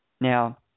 Now